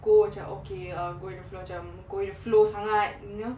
go macam okay err go with the flow macam go with the flow sangat you know